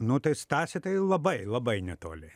nu tai stasė tai labai labai netoli